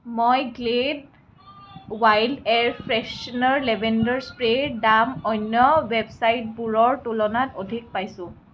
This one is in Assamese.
মই Glade wild air freshener lavender স্প্ৰেৰ দাম অন্য ৱেবচাইটবোৰৰ তুলনাত অধিক পাইছোঁ